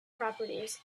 properties